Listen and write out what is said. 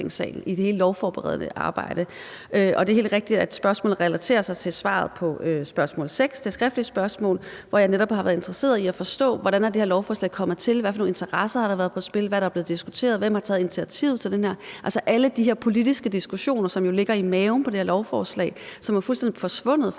ind i Folketingssalen. Og det er helt rigtigt, at spørgsmålet her relaterer sig til svaret på det skriftlige spørgsmål 6, jeg har stillet, hvor jeg netop har været interesseret i at forstå, hvordan det her lovforslag er blevet til, hvad for nogle interesser der har været på spil, hvad der er blevet diskuteret, og hvem der har taget initiativet til det, altså alle de her politiske diskussioner, som har ligget i maven på det her lovforslag, og som fuldstændig er forsvundet fra